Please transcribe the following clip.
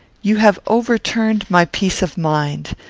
you have overturned my peace of mind.